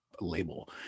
label